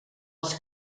els